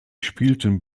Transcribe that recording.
spielten